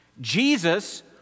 Jesus